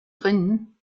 drinnen